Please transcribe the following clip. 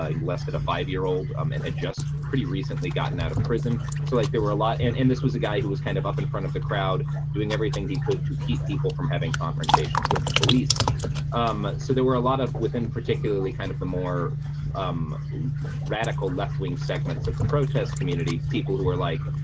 um molested a five-year-old. um and had just pretty recently gotten out of prison so like there were a lot and and this was a guy who was kind of up in front of the crowd doing everything he could to keep people from having confrontations with the police um, so there were a lot of within particularly kind of the more um radical left-wing segments of the protest community people who were like,